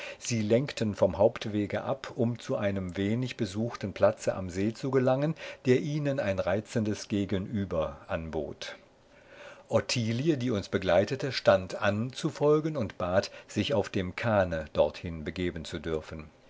sie lenkten vom hauptwege ab um zu einem wenig besuchten platze am see zu gelangen der ihnen ein reizendes gegenüber anbot ottilie die uns begleitete stand an zu folgen und bat sich auf dem kahne dorthin begeben zu dürfen